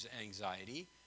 anxiety